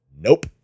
Nope